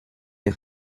der